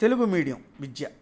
Telugu medium Vidya